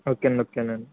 okay అండి okay అండి